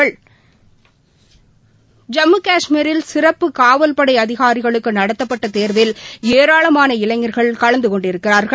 ஐம்முகாஷ்மீரில் சிறப்பு காவல்படை அதிகாரிகளுக்குநடத்தப்பட்டதேர்வில் ஏராளமான இளைஞர்கள் கலந்துகொண்டிருக்கிறார்கள்